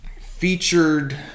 featured